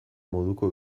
moduko